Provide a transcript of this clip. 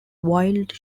wide